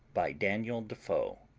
by daniel defoe